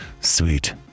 sweet